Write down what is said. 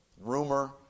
rumor